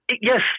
Yes